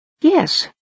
Yes